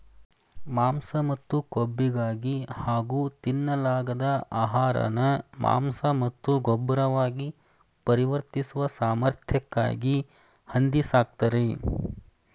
ಮಾಂಸ ಮತ್ತು ಕೊಬ್ಬಿಗಾಗಿ ಹಾಗೂ ತಿನ್ನಲಾಗದ ಆಹಾರನ ಮಾಂಸ ಮತ್ತು ಗೊಬ್ಬರವಾಗಿ ಪರಿವರ್ತಿಸುವ ಸಾಮರ್ಥ್ಯಕ್ಕಾಗಿ ಹಂದಿ ಸಾಕ್ತರೆ